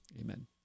Amen